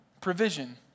provision